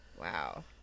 Wow